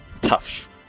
tough